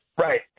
Right